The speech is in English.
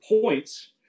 points